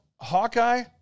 hawkeye